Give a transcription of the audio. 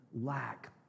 lack